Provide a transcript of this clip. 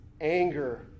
anger